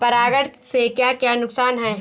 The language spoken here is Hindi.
परागण से क्या क्या नुकसान हैं?